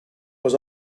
was